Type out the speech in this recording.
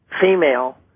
female